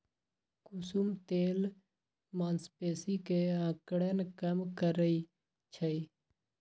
कुसुम तेल मांसपेशी के अकड़न कम करई छई